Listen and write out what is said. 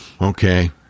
Okay